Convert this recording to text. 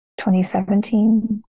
2017